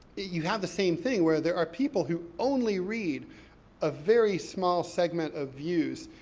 you have the same thing, where there are people who only read a very small segment of views,